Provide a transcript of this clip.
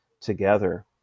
together